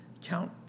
count